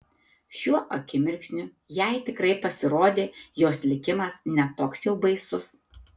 šiuo akimirksniu jai tikrai pasirodė jos likimas ne toks jau baisus